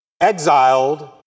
exiled